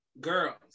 girls